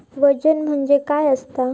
वजन म्हणजे काय असता?